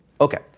Okay